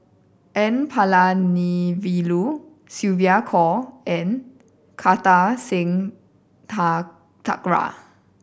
N Palanivelu Sylvia Kho and Kartar Singh Thakral